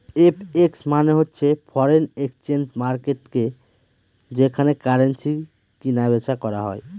FX মানে হচ্ছে foreign exchange মার্কেটকে যেখানে কারেন্সি কিনা বেচা করা হয়